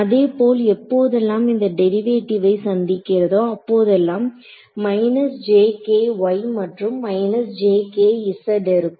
அதேபோல் எப்போதெல்லாம் இந்த டெரிவேட்டிவை சந்திக்கிறதோ அப்போதெல்லாம் மற்றும் இருக்கும்